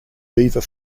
beaver